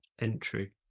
entry